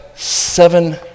Seven